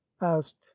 asked